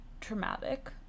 traumatic